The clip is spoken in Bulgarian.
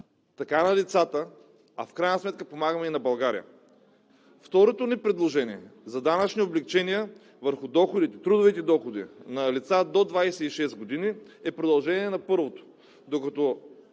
така и на децата, а в крайна сметка помагаме и на България. Второто ни предложение е за данъчни облекчения върху трудовите доходи на лица до 26 години и е продължение на първото. Докато